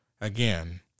Again